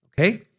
okay